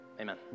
amen